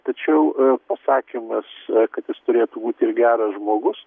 tačiau pasakymas kad jis turėtų būti ir geras žmogus